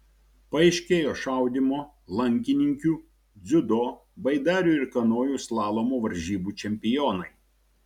paaiškėjo šaudymo lankininkių dziudo baidarių ir kanojų slalomo varžybų čempionai